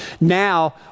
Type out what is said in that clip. now